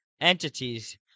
entities